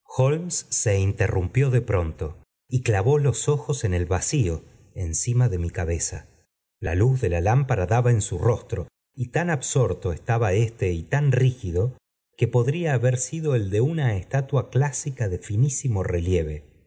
se interrumpió de pronto y clavó los ojos en el vacío encima de mi cabeza la luz de la lampara daba en su rostro y tan absorto estaba este y tan rígido que podría haber sido el de una estatua clásica de finísimo relieve